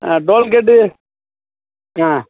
ஆ tollgate ஆ